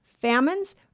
famines